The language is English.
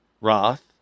Wrath